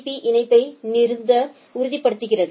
பீ இணைப்பை திறந்து உறுதிப்படுத்துகிறது